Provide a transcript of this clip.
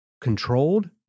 controlled